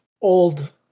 old